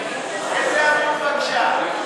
באיזה עמוד בבקשה?